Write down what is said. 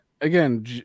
again